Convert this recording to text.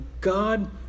God